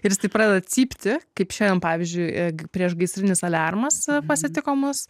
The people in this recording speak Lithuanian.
ir jis taip pradeda cypti kaip šiandien pavyzdžiui priešgaisrinis aliarmas pasitiko mus